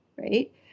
right